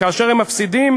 כאשר הם מפסידים,